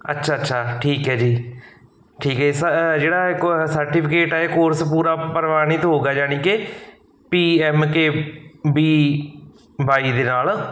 ਅੱਛਾ ਅੱਛਾ ਠੀਕ ਹੈ ਜੀ ਠੀਕ ਹੈ ਸ ਜਿਹੜਾ ਇੱਕ ਸਰਟੀਫਿਕੇਟ ਆ ਇਹ ਕੋਰਸ ਪੂਰਾ ਪ੍ਰਵਾਣਿਤ ਹੋਊਗਾ ਜਾਨੀ ਕਿ ਪੀਐਮਕੇਬੀਬਾਈ ਦੇ ਨਾਲ